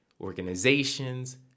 organizations